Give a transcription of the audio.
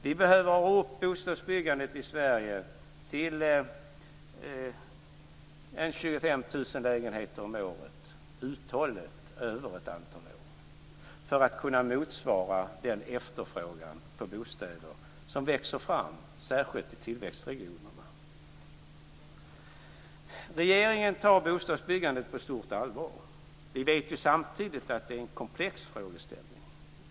Vi behöver öka bostadsbyggandet i Sverige till ca 25 000 lägenheter om året under ett antal år för att kunna motsvara den efterfrågan på bostäder som växer fram särskilt i tillväxtregionerna. Regeringen tar bostadsbyggandet på stort allvar. Vi vet ju samtidigt att det är en komplex frågeställning.